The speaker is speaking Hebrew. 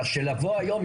כאשר לבוא היום,